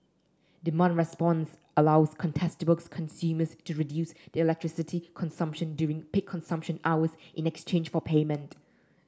demand response allows contestable consumers to reduce their electricity consumption during peak consumption hours in exchange for payment